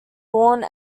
bourne